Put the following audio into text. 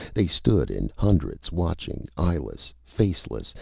they stood in hundreds watching, eyeless, faceless,